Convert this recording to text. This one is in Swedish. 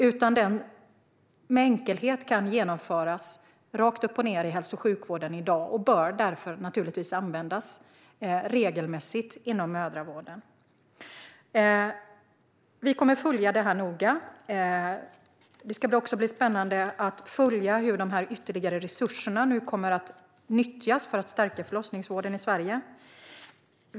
De kan med enkelhet genomföras rakt upp och ned i hälso och sjukvården i dag och bör därför naturligtvis användas regelmässigt inom mödravården. Regeringen kommer att följa frågan noga. Det ska också bli spännande att följa hur de ytterligare resurserna kommer att nyttjas för att stärka förlossningsvården i Sverige.